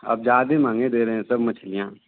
अब ज्यादे मांगे दे रहे हैं सब मछलियाँ